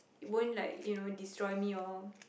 it won't like destroy me or